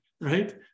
right